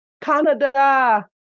Canada